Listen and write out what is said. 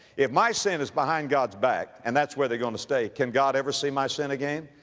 if my sin is behind god's back and that's where they're going to stay, can god ever see my sin again?